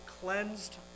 cleansed